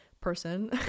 person